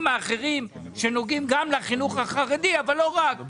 האחרים שנוגעים גם לחינוך החרדי אבל לא רק.